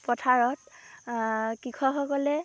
পথাৰত কৃষকসকলে